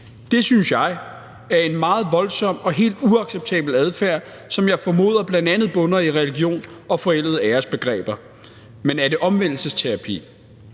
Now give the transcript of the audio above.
Det synes jeg er en meget voldsom og helt uacceptabel adfærd, som jeg formoder bl.a. bunder i religion og forældede æresbegreber. Men er det omvendelsesterapi?